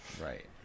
Right